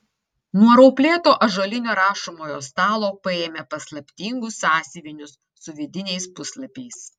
nuo rauplėto ąžuolinio rašomojo stalo paėmė paslaptingus sąsiuvinius su vidiniais puslapiais